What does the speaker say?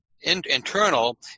internal